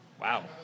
Wow